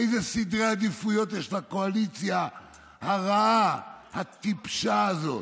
אילו סדרי עדיפויות יש לקואליציה הרעה והטיפשה הזאת.